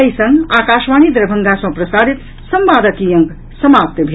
एहि संग आकाशवाणी दरभंगा सँ प्रसारित संवादक ई अंक समाप्त भेल